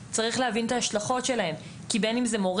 כי בין אם זה מורה אחר שלא יקבל את השכר שלו,